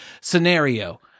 scenario